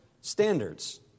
standards